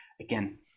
again